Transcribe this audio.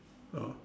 ah